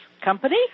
company